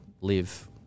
live